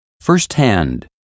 first-hand